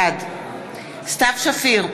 בעד סתיו שפיר,